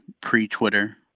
pre-Twitter